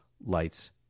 lights